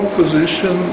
position